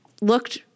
looked